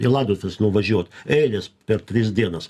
į laidotuves nuvažiuot eilės per tris dienas